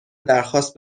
درخواست